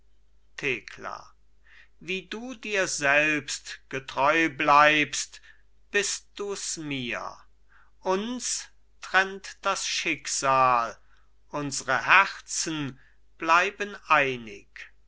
thekla wie du dir selbst getreu bleibst bist dus mir uns trennt das schicksal unsre herzen bleiben einig